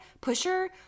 pusher